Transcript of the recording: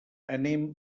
anem